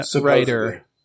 writer